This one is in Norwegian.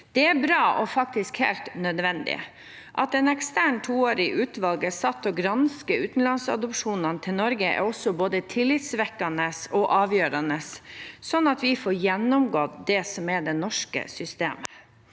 Det er bra og faktisk helt nødvendig. At et eksternt toårig utvalg er satt til å granske utenlandsadopsjoner til Norge, er også både tillitvekkende og avgjørende, sånn at vi får gjennomgått det som er det norske systemet.